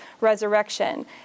resurrection